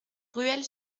ruelle